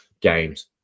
games